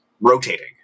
rotating